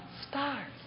stars